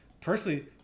personally